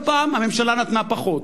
כל פעם הממשלה נתנה פחות,